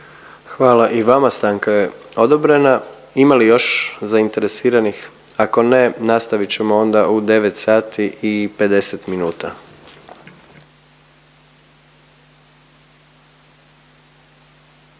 Hvala i vama. Stanka je odobrena. Ima li još zainteresiranih? Ako ne nastavit ćemo onda u 9